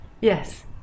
Yes